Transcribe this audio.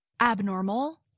abnormal